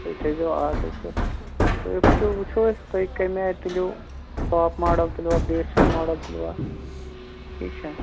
تُہۍ تھٲیِزیٚو آٹٕچ سِوِفٹ وُچھَو أسۍ تُہۍ کَمہِ آیہِ تُلِو ٹاپ ماڈَل تُلہِ وا بیسِک ماڈَل تُلِہ وا چھا